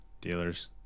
dealers